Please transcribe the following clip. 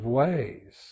ways